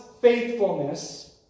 faithfulness